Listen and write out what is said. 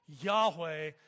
Yahweh